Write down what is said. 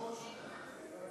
לא הספקתי להגיע.